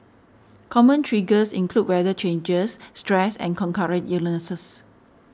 common triggers include weather changes stress and concurrent illnesses